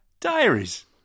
Diaries